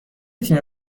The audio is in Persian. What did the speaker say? تیم